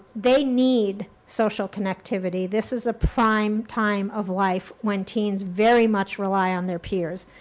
they need social connectivity, this is a prime time of life when teens very much rely on their peers.